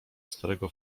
starego